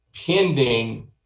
pending